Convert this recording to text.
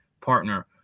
partner